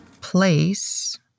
place